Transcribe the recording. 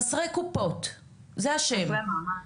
חסרי מעמד.